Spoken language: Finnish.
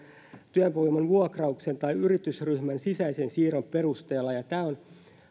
työvoiman vuokrauksen tai yritysryhmän sisäisen siirron perusteella tämä on